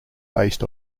based